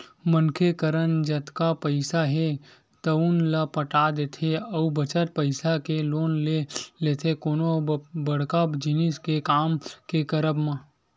मनखे करन जतका पइसा हे तउन ल पटा देथे अउ बचत पइसा के लोन ले लेथे कोनो बड़का जिनिस के काम के करब म